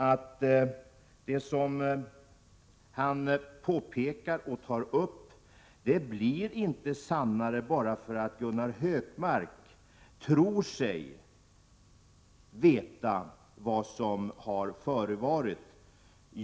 Det som Gunnar Hökmark påpekat och tar upp blir inte sannare bara för att Gunnar Hökmark tror sig veta vad som har förevarit.